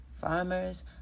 farmers